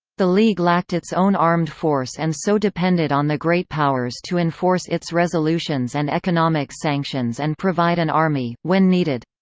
the league lacked its own armed force and so depended on the great powers to enforce its resolutions and economic sanctions and provide an army, when needed.